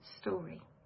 story